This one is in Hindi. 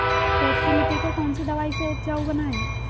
खेत की मिटी को कौन सी दवाई से उपजाऊ बनायें?